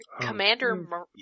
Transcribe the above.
Commander